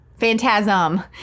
Phantasm